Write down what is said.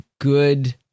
good